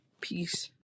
peace